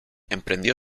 emprendió